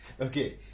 Okay